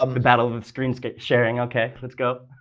um battle of of screensharing, okay, let's go.